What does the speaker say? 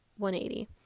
180